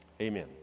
amen